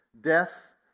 death